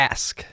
Ask